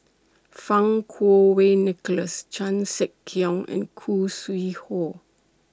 Fang Kuo Wei Nicholas Chan Sek Keong and Khoo Sui Hoe